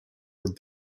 would